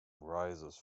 rises